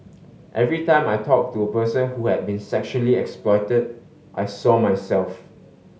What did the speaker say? every time I talked to a person who had been sexually exploited I saw myself